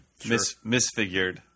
Misfigured